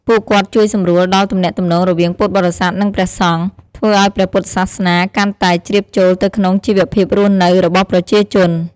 ពួកគាត់ជួយសម្រួលដល់ទំនាក់ទំនងរវាងពុទ្ធបរិស័ទ និងព្រះសង្ឃ ធ្វើឱ្យព្រះពុទ្ធសាសនាកាន់តែជ្រាបចូលទៅក្នុងជីវភាពរស់នៅរបស់ប្រជាជន។